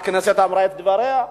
הכנסת אמרה את דבריה.